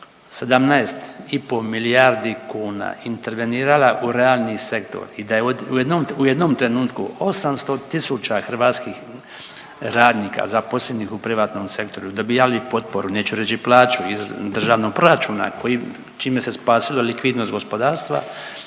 17,5 milijardi kuna intervenirala u realni sektor i da je u jednom, u jednom trenutku 800 tisuća hrvatskih radnika zaposlenih u privatnom sektoru dobijali potporu, neću reći plaću, iz državnog proračuna koji, čime se spasilo likvidnost gospodarstva,